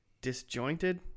disjointed